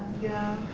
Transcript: yeah,